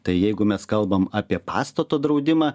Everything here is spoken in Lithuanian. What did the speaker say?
tai jeigu mes kalbam apie pastato draudimą